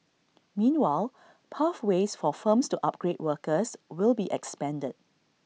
meanwhile pathways for firms to upgrade workers will be expanded